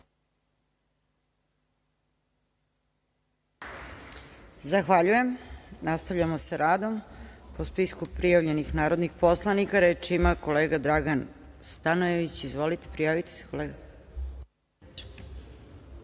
Zahvaljujem. Nastavljamo sa radom po spisku prijavljenih narodnih poslanika. Reč ima kolega Dragan Stanojević. Izvolite. **Dragan